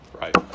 right